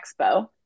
expo